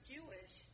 Jewish